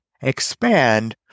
expand